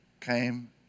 came